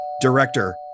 Director